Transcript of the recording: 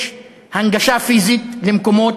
יש הנגשה פיזית למקומות,